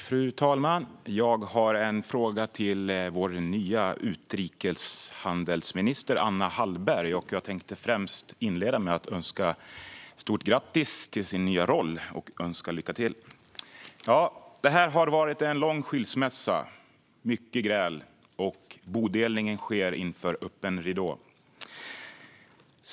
Fru talman! Jag har en fråga till vår nya utrikeshandelsminister, Anna Hallberg. Jag vill inleda med att ge henne ett stort grattis till hennes nya roll och önska lycka till. Det har varit en lång skilsmässa och mycket gräl. Bodelningen sker inför öppen ridå.